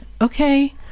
Okay